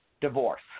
divorce